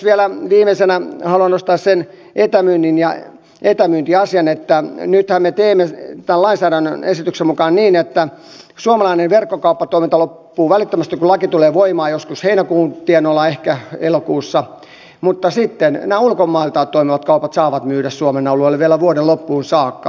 vielä viimeisenä haluan nostaa sen etämyyntiasian että nythän me teemme tämän lainsäädännön esityksen mukaan niin että suomalainen verkkokauppatoiminta loppuu välittömästi kun laki tulee voimaan joskus heinäkuun tienoilla ehkä elokuussa mutta sitten nämä ulkomailta toimivat kaupat saavat myydä suomen alueelle vielä vuoden loppuun saakka